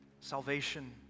salvation